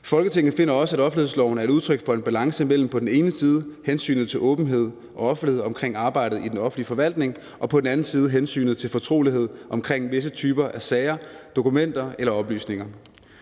Folketinget finder også, at offentlighedsloven er udtryk for en balance mellem på den ene side hensynet til åbenhed og offentlighed omkring arbejdet i den offentlige forvaltning og på den anden side hensynet til fortrolighed omkring visse typer af sager, dokumenter eller oplysninger.